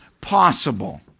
possible